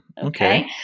Okay